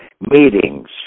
meetings